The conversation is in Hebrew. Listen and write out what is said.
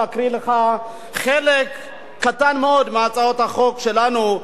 להקריא לך חלק קטן מאוד מהצעות החוק שלנו,